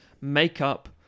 makeup